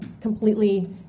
completely